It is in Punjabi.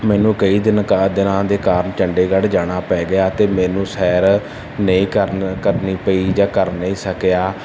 ਮੈਨੂੰ ਕਈ ਦਿਨ ਕਾ ਦਿਨਾਂ ਦੇ ਕਾਰਨ ਚੰਡੀਗੜ੍ਹ ਜਾਣਾ ਪੈ ਗਿਆ ਅਤੇ ਮੈਨੂੰ ਸੈਰ ਨਹੀਂ ਕਰਨ ਕਰਨੀ ਪਈ ਜਾਂ ਕਰ ਨਹੀਂ ਸਕਿਆ